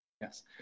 Yes